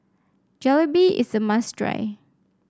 Jalebi is a must try